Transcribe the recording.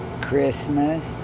Christmas